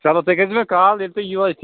چلو تُہۍ کٔرۍزیٚو مےٚ کال یُتُھے تُہۍ یِیِو حظ